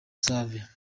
save